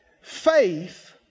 faith